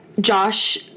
Josh